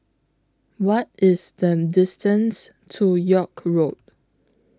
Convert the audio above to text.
What IS The distance to York Road